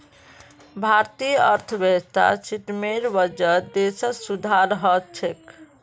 भारतीय अर्थव्यवस्था सिस्टमेर वजह देशत सुधार ह छेक